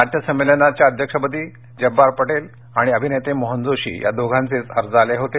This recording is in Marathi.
नाट्यसंमेलनाच्या अध्यक्षपदासाठी जब्बार पटेल आणि अभिनेते मोहन जोशी या दोघांचेच अर्ज आले होते